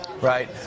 Right